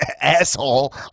asshole